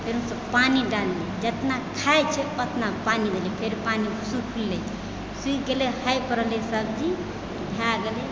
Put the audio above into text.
फेर पानि डाललियै जितना खाइ छियै उतना पानि देलियै फेर पानि सुखलै सूखि गेलै फ्राइ कऽ देलियै सब्जी भए गेलै